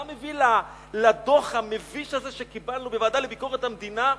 מה מביא לדוח המביש הזה שקיבלנו בוועדה לביקורת המדינה,